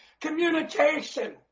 communication